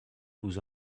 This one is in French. vous